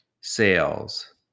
sales